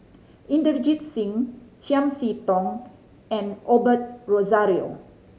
Inderjit Singh Chiam See Tong and Osbert Rozario